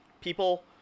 People